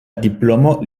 diplomo